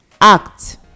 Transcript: act